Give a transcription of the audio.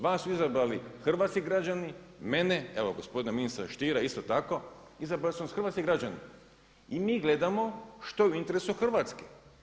Vas su izabrali hrvatski građani, mene, evo gospodina ministra Stiera, isto tako, izabrali su nas hrvatski građani i mi gledamo što je u interesu Hrvatske.